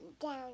down